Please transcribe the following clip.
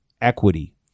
equity